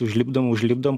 užlipdom užlipdom